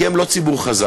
כי הם לא ציבור חזק,